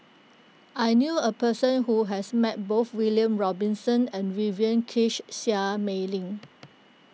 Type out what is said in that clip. I knew a person who has met both William Robinson and Vivien Quahe Seah Mei Lin